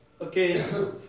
Okay